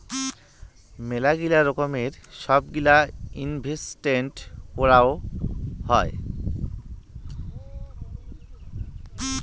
মেলাগিলা রকমের সব গিলা ইনভেস্টেন্ট করাং হই